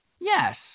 Yes